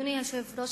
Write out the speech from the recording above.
אדוני היושב-ראש,